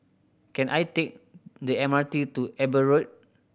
can I take the M R T to Eber Road